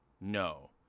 No